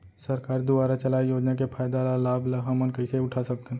सरकार दुवारा चलाये योजना के फायदा ल लाभ ल हमन कइसे उठा सकथन?